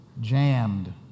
jammed